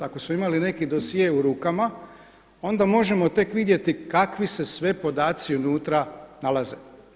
Ako smo imali neki dosje u rukama onda možemo tek vidjeti kakvi se sve podaci unutra nalaze.